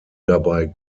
dabei